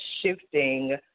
shifting